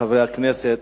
חברי הכנסת,